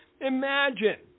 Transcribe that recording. Imagine